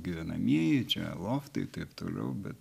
gyvenamieji čia loftai taip toliau bet